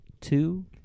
two